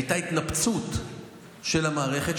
הייתה התנפצות של המערכת,